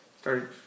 Started